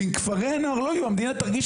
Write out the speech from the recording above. ואם כפרי הנוער לא יהיו המדינה תרגיש